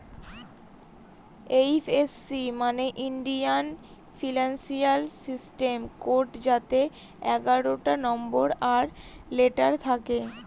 IFC মানে Indian financial system code যাতে এগারোটা নম্বর আর লেটার থাকে